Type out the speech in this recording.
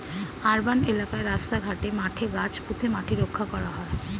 urban এলাকায় রাস্তা ঘাটে, মাঠে গাছ পুঁতে মাটি রক্ষা করা হয়